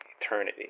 eternity